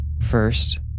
First